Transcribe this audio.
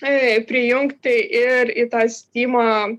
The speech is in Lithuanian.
i prijungti ir į tą stimą